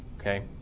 Okay